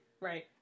Right